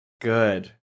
Good